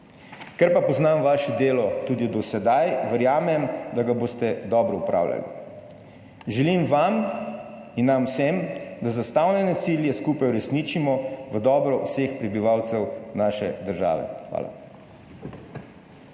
ker pa poznam vaše delo tudi do sedaj, verjamem, da ga boste dobro opravljali. Želim vam in nam vsem, da zastavljene cilje skupaj uresničimo v dobro vseh prebivalcev naše države. Hvala.